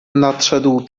nadszedł